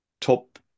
top